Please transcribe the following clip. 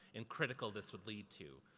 in critical, this would lead to.